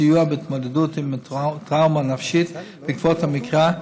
סיוע בהתמודדות עם טראומה נפשית בעקבות המקרה,